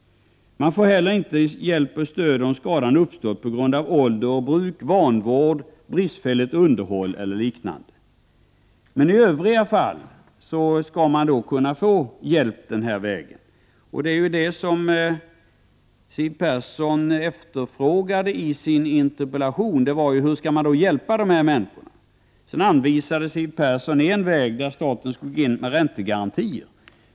Man får heller inte hjälp och stöd, om skadan har uppstått på grund av ålder och bruk, vanvård, bristfälligt underhåll o.d. I övriga fall skall man dock kunna få hjälp denna väg. Siw Persson frågar i sin interpellation hur människor i den här situationen kan få hjälp. Hon anvisade en väg, att staten går in med räntegarantier.